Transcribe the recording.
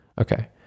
okay